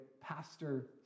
pastor